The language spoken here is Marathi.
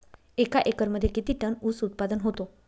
एका एकरमध्ये किती टन ऊस उत्पादन होतो?